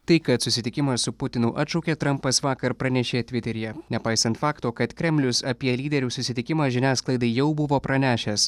tai kad susitikimą su putinu atšaukė trampas vakar pranešė tviteryje nepaisant fakto kad kremlius apie lyderių susitikimą žiniasklaidai jau buvo pranešęs